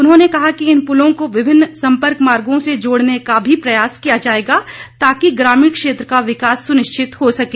उन्होंने कहा कि इन पुलों को विभिन्न संपर्क मार्गो से जोड़ने का भी प्रयास किया जाएगा ताकि ग्रामीण क्षेत्र का विकास सुनिश्चित हो सके